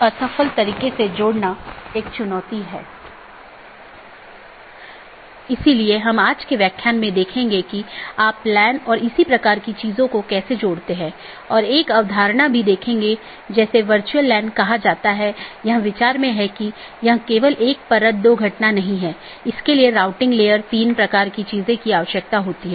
दूसरे अर्थ में हमारे पूरे नेटवर्क को कई ऑटॉनमस सिस्टम में विभाजित किया गया है जिसमें कई नेटवर्क और राउटर शामिल हैं जो ऑटॉनमस सिस्टम की पूरी जानकारी का ध्यान रखते हैं हमने देखा है कि वहाँ एक बैकबोन एरिया राउटर है जो सभी प्रकार की चीजों का ध्यान रखता है